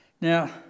Now